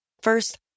First